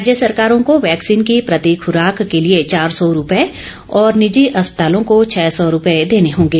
राज्य सरकारों को वैक्सीन की प्रति खुराक के लिए चार सौ रूपये और निजी अस्पतालों को छह सौ रूपये देने होंगे